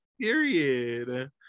period